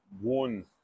One